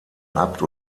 abt